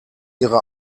ihre